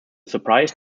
surprise